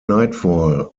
nightfall